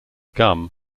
gum